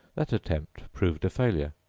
that attempt proved a failure.